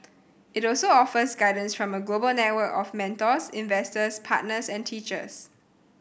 it also offers guidance from a global network of mentors investors partners and teachers